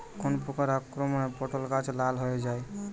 কোন প্রকার আক্রমণে পটল গাছ লাল হয়ে যায়?